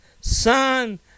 son